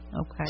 Okay